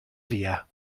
via